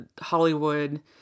Hollywood